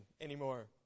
anymore